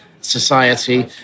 society